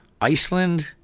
Iceland